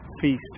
feast